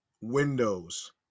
Windows